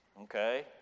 okay